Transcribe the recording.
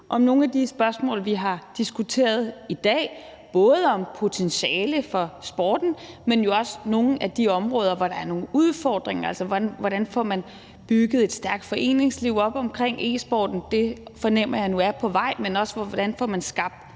til nogle af de spørgsmål, vi har diskuteret i dag, både om potentialet for sporten, men jo også om nogle af de områder, hvor der er nogle udfordringer, altså i forhold til hvordan man får bygget et stærkt foreningsliv op omkring e-sporten – det fornemmer jeg nu er på vej – og om, hvordan man får skabt